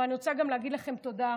אבל אני רוצה גם להגיד לכם תודה,